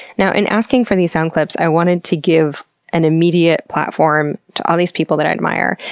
now, in asking for these sound clips, i wanted to give an immediate platform to all these people that i admire,